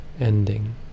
ending